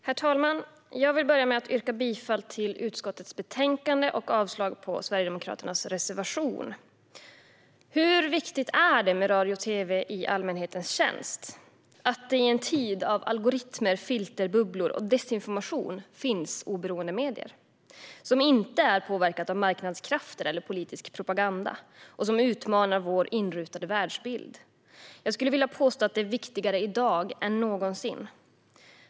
Herr talman! Jag vill börja med att yrka bifall till utskottets förslag i betänkandet och avslag på Sverigedemokraternas reservation. Hur viktigt är det med radio och tv i allmänhetens tjänst? Hur viktigt är det att det i en tid av algoritmer, filterbubblor och desinformation finns oberoende medier som inte är påverkade av marknadskrafter eller politisk propaganda och som utmanar vår inrutade världsbild? Jag skulle vilja påstå att det är viktigare i dag än någonsin.